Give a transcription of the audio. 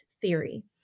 theory